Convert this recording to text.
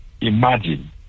Imagine